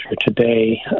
today